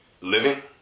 living